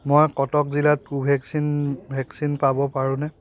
মই কটক জিলাত কোভেক্সিন ভেকচিন পাব পাৰোঁনে